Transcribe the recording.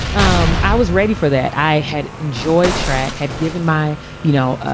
um i was ready for that. i had enjoyed track, had given my you know,